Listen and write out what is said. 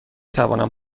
توانم